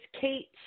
Kate